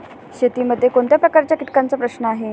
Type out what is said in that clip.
शेतीमध्ये कोणत्या प्रकारच्या कीटकांचा प्रश्न आहे?